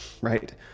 right